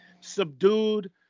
subdued